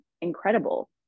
incredible